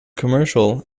commercial